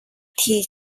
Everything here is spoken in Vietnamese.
thì